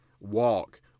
walk